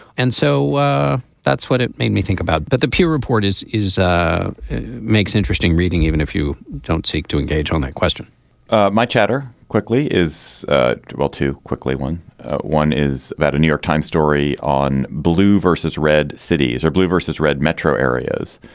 and so ah that's what it made me think about but the pew report is is ah makes interesting reading even if you don't seek to engage on that question ah much much chatter quickly is will too quickly one one is about a new york times story on blue versus red cities or blue versus red metro areas.